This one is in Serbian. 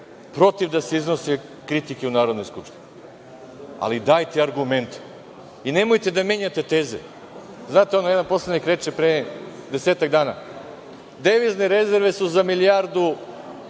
protiv da se iznose kritike u Narodnoj skupštini, ali dajte argumente i nemojte da menjate teze. Znate ono, jedan poslanik reče pre desetak dana – devizne rezerve su za milijardu